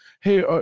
hey